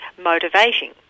motivating